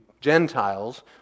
Gentiles